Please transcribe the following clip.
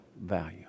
value